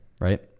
right